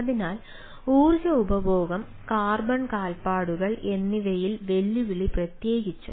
അതിനാൽ ഊർജ്ജ ഉപഭോഗം കാർബൺ കാൽപ്പാടുകൾ എന്നിവയിൽ വെല്ലുവിളി പ്രത്യേകിച്ചും